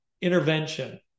intervention